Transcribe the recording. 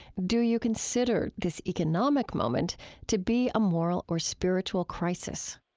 do you consider this economic moment to be a moral or spiritual crisis?